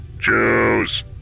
Choose